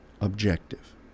objective